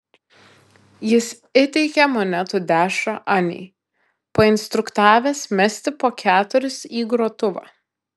jis įteikė monetų dešrą anei painstruktavęs mesti po keturis į grotuvą